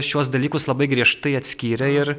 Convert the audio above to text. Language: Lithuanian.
šiuos dalykus labai griežtai atskyrė ir